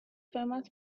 famous